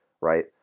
right